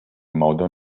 modo